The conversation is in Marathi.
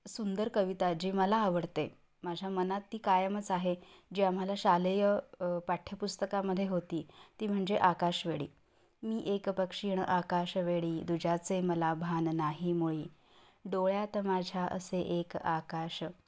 सुंदर कविता जी मला आवडते माझ्या मनात ती कायमच आहे जी आम्हाला शालेय पाठ्यपुस्तकामध्ये होती ती म्हणजे आकाशवेडी मी एक पक्षीण आकाशवेडी दुज्याचे मला भान नाही मुळी डोळ्यात माझ्या असे एक आकाश